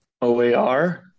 OAR